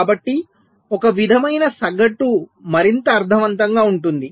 కాబట్టి ఒక విధమైన సగటు మరింత అర్థవంతంగా ఉంటుంది